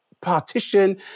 partition